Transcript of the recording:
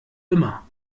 immer